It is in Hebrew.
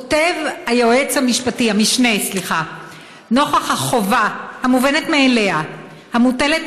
כותב המשנה ליועץ המשפטי: נוכח החובה המובנת מאליה המוטלת